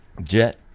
Jet